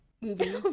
movies